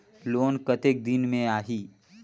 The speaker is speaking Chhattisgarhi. लोन कतेक दिन मे आही?